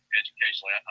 educationally